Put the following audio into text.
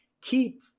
keep